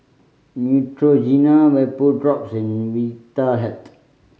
Neutrogena Vapodrops and Vitahealth